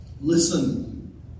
Listen